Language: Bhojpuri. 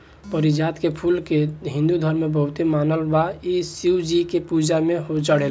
पारिजात के फूल के हिंदू धर्म में बहुते मानल बा इ शिव जी के पूजा में चढ़ेला